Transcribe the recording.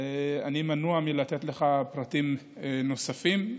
אני מנוע מלתת לך פרטים נוספים,